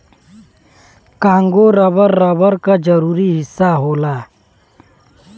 Congo rubber, rubber क जरूरी हिस्सा होला